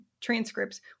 transcripts